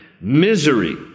misery